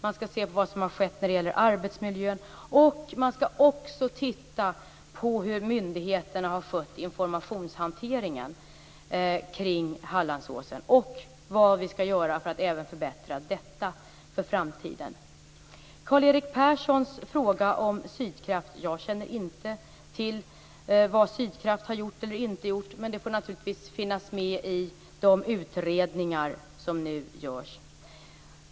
Den skall se vad som har skett när det gäller arbetsmiljön, och den skall också se hur myndigheterna har skött informationshanteringen kring Hallandsåsen samt vad vi skall göra för att förbättra detta för framtiden. Beträffande Karl-Erik Perssons fråga om Sydkraft vill jag säga att jag inte känner till vad Sydkraft har gjort eller inte har gjort. Men det får naturligtvis finnas med i de utredningar som nu görs.